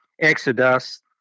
exodus